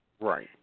Right